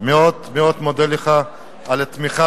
מאוד מודה לך על התמיכה,